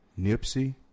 Nipsey